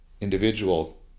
individual